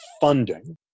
funding